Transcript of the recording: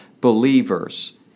believers